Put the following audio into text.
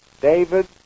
David